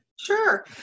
Sure